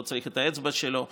לא צריך את האצבע שלו,